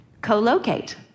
Co-locate